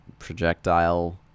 projectile